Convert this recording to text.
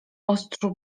ostrzu